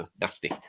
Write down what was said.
nasty